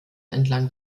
entlang